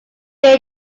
beer